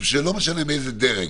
לא משנה מאיזה דרג,